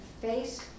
face